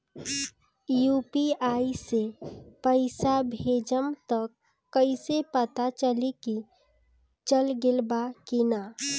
UPI से पइसा भेजम त कइसे पता चलि की चल गेल बा की न?